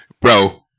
Bro